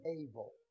able